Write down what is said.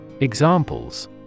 Examples